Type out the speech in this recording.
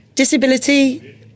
Disability